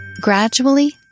Gradually